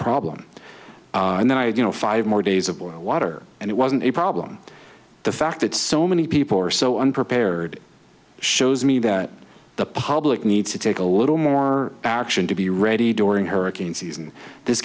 had you know five more days of boil water and it wasn't a problem the fact that so many people are so unprepared shows me that the public needs to take a little more action to be ready during hurricane season this